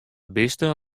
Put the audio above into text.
bisten